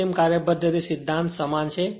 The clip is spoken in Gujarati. અંતિમ કાર્યપદ્ધતિ સિદ્ધાંત સમાન છે